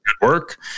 work